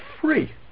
free